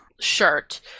shirt